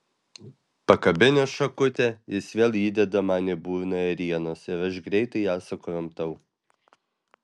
pakabinęs šakute jis vėl įdeda man į burną ėrienos ir aš greitai ją sukramtau